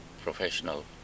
professional